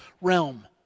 realm